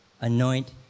anoint